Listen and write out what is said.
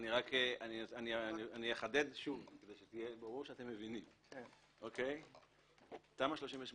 תמ"א 38